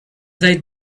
they